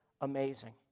amazing